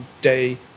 day